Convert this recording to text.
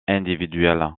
individuelles